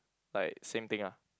like same thing ah